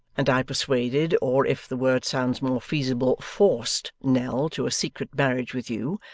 and i persuaded, or if the word sounds more feasible, forced nell to a secret marriage with you.